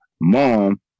mom